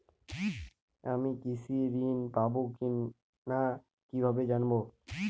আমি কৃষি ঋণ পাবো কি না কিভাবে জানবো?